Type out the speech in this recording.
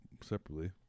separately